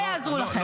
לא יעזרו לכם.